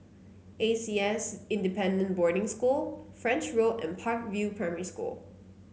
A C S Independent Boarding School French Road and Park View Primary School